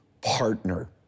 partner